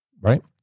right